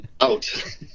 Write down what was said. out